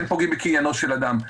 אין פוגעים בקניינו של אדם".